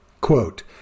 quote